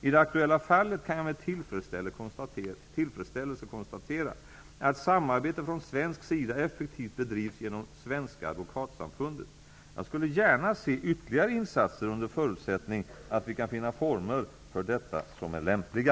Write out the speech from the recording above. I det aktuella fallet kan jag med tillfredsställelse konstatera att samarbetet från svensk sida effektivt bedrivs genom Svenska Advokatsamfundet. Jag skulle gärna se ytterligare insatser under förutsättning att vi kan finna former för detta som är lämpliga.